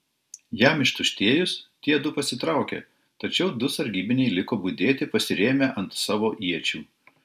jam ištuštėjus tie du pasitraukė tačiau du sargybiniai liko budėti pasirėmę ant savo iečių